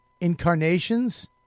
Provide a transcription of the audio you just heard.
incarnations